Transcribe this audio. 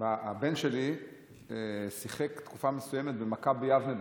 הבן שלי שיחק תקופה מסוימת כדורגל במכבי יבנה.